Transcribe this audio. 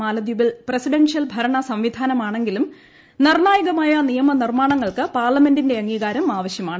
മാലദ്വീപിൽ presidential ഭരണ സംവിധാനമാണെങ്കിലും നിർണ്ണായകമായ നിയമനിർമ്മാണങ്ങൾക്ക് പാർലമെന്റിന്റെ അംഗീകാരം ആവശ്യമാണ്